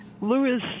Lewis